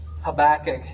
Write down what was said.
Habakkuk